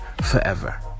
forever